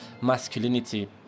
masculinity